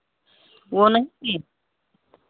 वो नहीं है